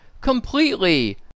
completely